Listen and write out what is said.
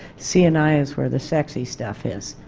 c and i is where the sexy stuff is.